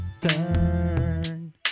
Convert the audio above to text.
turn